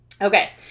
Okay